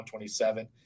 127